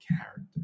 character